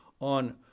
on